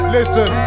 Listen